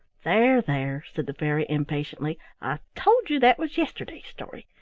there, there! said the fairy, impatiently, i told you that was yesterday's story,